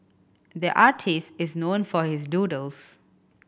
the artist is known for his doodles